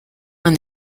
won